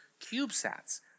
CubeSats